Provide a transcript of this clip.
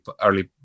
early